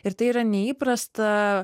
ir tai yra neįprasta